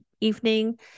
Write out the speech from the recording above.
evening